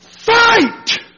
Fight